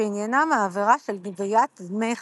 שעניינם העבירה של גביית דמי חסות.